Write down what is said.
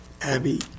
Abby